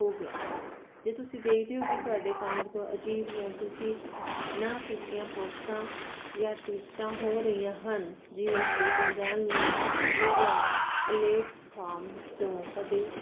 ਹੋ ਗਿਆ ਹੈ ਜੇ ਤੁਸੀਂ ਦੇਖਦੇ ਹੋ ਕਿ ਤੁਹਾਡੇ ਅਕਾਊਂਟ ਤਾਂ ਅਜੀਬ ਜਾਂ ਤੁਸੀਂ ਨਾ ਕੀਤੀਆਂ ਪੋਸਟਾਂ ਜਾਂ ਟਿਕਟਾਂ ਹੋ ਰਹੀਆਂ ਹਨ ਜਿਵੇਂ ਕਿ ਅਣਜਾਨ ਲਿੰਕ ਜਾਂ ਪਲੇਟਫਾਰਮ ਤੋਂ ਕਦੇ